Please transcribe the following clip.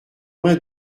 vingt